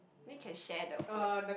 then can share the food